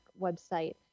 website